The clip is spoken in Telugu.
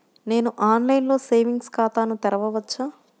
నేను ఆన్లైన్లో సేవింగ్స్ ఖాతాను తెరవవచ్చా?